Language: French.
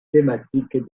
thématique